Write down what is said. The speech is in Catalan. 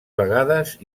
vegades